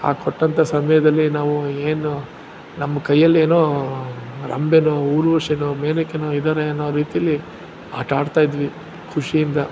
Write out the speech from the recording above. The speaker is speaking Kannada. ಆ ಕೊಟ್ಟಂಥ ಸಮಯದಲ್ಲಿ ನಾವು ಏನು ನಮ್ಮ ಕೈಯಲ್ಲೇನೋ ರಂಭೆನೋ ಊರ್ವಶಿನೋ ಮೇನಕೆನೋ ಇದ್ದಾರೆ ಅನ್ನೋ ರೀತಿಯಲ್ಲಿ ಆಟ ಆಡ್ತಾಯಿದ್ವಿ ಖುಷಿಯಿಂದ